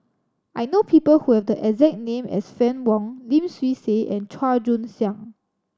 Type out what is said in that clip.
I know people who have the exact name as Fann Wong Lim Swee Say and Chua Joon Siang